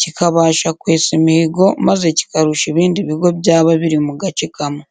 kikabasha kwesa imihigo maze kikarusha ibindi bigo byaba biri mu gace kamwe.